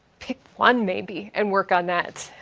pick one maybe and work on that.